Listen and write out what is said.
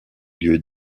lieu